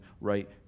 right